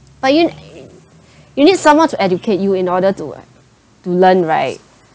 but you you need someone to educate you in order to like to learn right